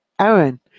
Aaron